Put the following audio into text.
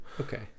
Okay